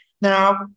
Now